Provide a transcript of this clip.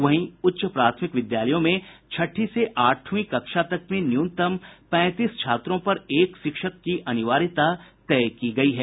वहीं उच्च प्राथमिक विद्यालयों में छठी से आठवीं कक्षा तक में न्यूनतम पैंतीस छात्रों पर एक शिक्षक की अनिवार्यता तय की गयी है